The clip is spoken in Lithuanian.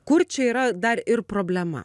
kur čia yra dar ir problema